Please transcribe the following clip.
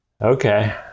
Okay